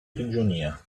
prigionia